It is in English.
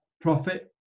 profit